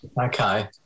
Okay